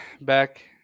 back